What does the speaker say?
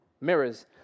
mirrors